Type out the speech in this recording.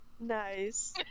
Nice